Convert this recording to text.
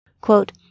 Quote